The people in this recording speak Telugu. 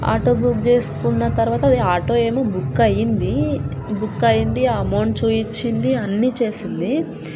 ఆటో బుక్ చేసుకున్న తరువాత అది ఆటో ఏమో బుక్ అయింది బుక్ అయింది ఆ అమౌంట్ చూపించింది అన్ని చేసింది